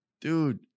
Dude